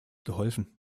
geholfen